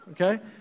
Okay